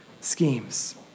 schemes